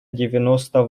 девяносто